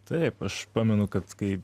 taip aš pamenu kad kai